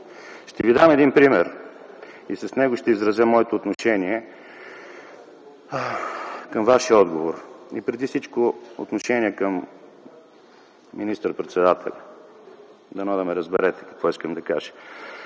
Ще Ви дам един пример и с него ще изразя моето отношение към Вашия отговор, и преди всичко, отношение към министър-председателя. Дано да ме разберете какво искам да кажа.